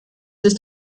ist